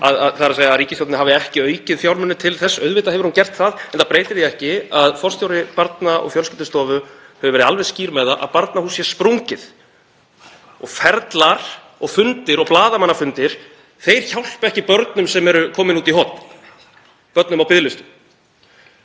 þ.e. að ríkisstjórnin hafi ekki aukið fjármuni til þess, auðvitað hefur hún gert það. En það breytir því ekki að forstjóri Barna- og fjölskyldustofu hefur verið alveg skýr með það að Barnahús sé sprungið. Ferlar og fundir og blaðamannafundir hjálpa ekki börnum sem eru komin út í horn, börnum á biðlistum.